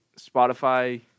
Spotify